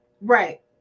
right